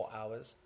hours